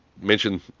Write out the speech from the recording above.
mention